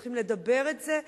צריך לדבר את זה,